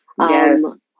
Yes